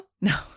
No